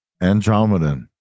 Andromeda